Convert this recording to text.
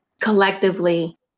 collectively